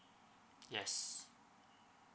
yes